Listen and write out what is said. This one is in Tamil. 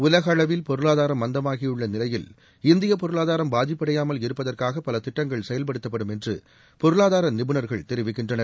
உலகளவில் பொருளாதாரம் மந்தமாகியுள்ள நிலையில் இந்தியப் பொருளாதாரம் பாதிப்படையாமல் இருப்பதற்காக பல திட்டங்கள் செயல்படுத்தப்படும் என்று பொருளாதார நிபுணர்கள் தெரிவிக்கின்றனர்